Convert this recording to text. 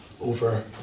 over